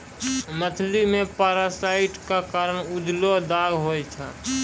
मछली मे पारासाइट क कारण उजलो दाग होय छै